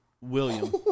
William